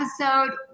episode